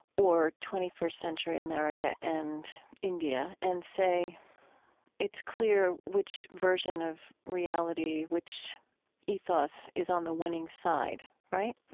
or twenty first century america and india, and say it's clear which version of reality, which ethos is on the winning side. right?